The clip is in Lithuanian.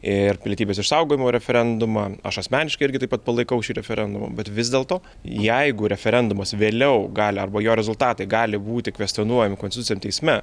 ir pilietybės išsaugojimo referendumą aš asmeniškai irgi taip pat palaikau šį referendumą bet vis dėlto jeigu referendumas vėliau gali arba jo rezultatai gali būti kvestionuojami konstituciniam teisme